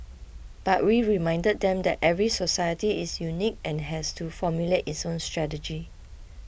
but we reminded them that every society is unique and has to formulate its own strategy